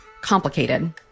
complicated